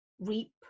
reap